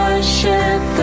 worship